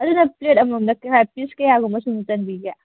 ꯑꯗꯨꯅ ꯄ꯭ꯂꯦꯠ ꯑꯃꯃꯝꯗ ꯀꯌꯥ ꯄꯤꯁ ꯀꯌꯥꯒꯨꯝꯕ ꯁꯨꯝ ꯆꯟꯕꯤꯒꯦ